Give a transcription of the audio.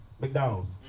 McDonald's